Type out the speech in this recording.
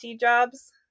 jobs